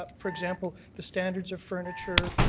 ah for example, the standards of furniture,